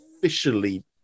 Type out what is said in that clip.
officially